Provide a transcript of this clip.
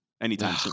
anytime